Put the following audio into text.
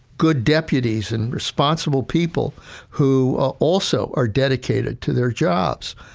good deputies and responsible people who are also are dedicated to their jobs.